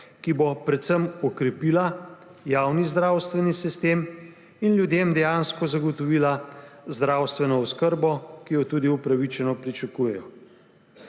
ki bo predvsem okrepila javni zdravstveni sistem in ljudem dejansko zagotovila zdravstveno oskrbo, ki jo tudi upravičeno pričakujejo.